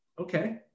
okay